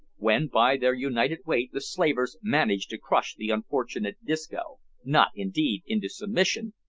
when by their united weight the slavers managed to crush the unfortunate disco, not, indeed, into submission,